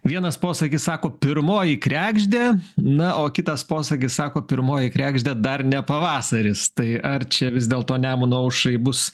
vienas posakis sako pirmoji kregždė na o kitas posakis sako pirmoji kregždė dar ne pavasaris tai ar čia vis dėlto nemuno aušrai bus